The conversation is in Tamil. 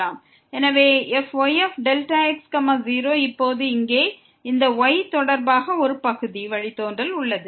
எனவே fyΔx0 இப்போது இங்கே இந்த y தொடர்பாக ஒரு பகுதி வழித்தோன்றல் உள்ளது